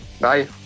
Bye